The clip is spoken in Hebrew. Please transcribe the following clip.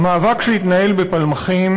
המאבק שהתנהל בפלמחים